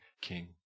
king